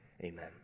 amen